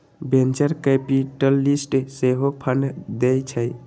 venture capitalist सेहो fund देइ छइ